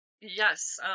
Yes